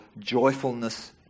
joyfulness